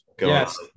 Yes